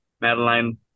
Madeline